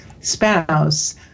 spouse